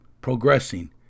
progressing